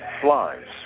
flies